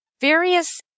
various